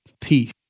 peace